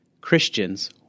Christians